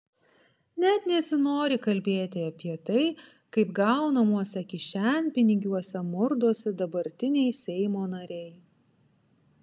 net nesinori kalbėti apie tai kaip gaunamuose kišenpinigiuose murdosi dabartiniai seimo nariai